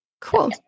Cool